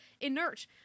inert